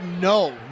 No